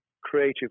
creative